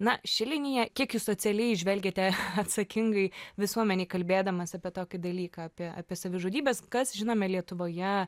na ši linija kiek jūs socialiai žvelgiate atsakingai visuomenei kalbėdamas apie tokį dalyką apie apie savižudybes kas žinoma lietuvoje